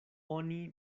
oni